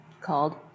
Called